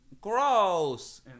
Gross